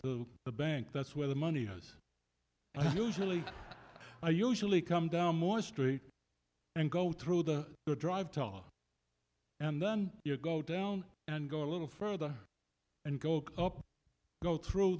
to the bank that's where the money is and i usually i usually come down more street and go through the drive top and then you're go down and go a little further and go look up go through